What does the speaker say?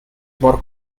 more